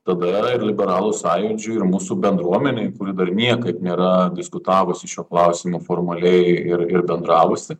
tada ir liberalų sąjūdžiui ir mūsų bendruomenei kuri dar niekad nėra diskutavusi šiuo klausimu formaliai ir ir bendravusi